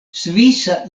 svisa